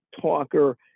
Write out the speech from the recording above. talker